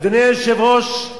אדוני היושב-ראש,